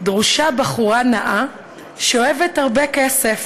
דרושה בחורה נאה שאוהבת הרבה כסף.